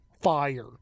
fire